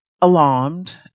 alarmed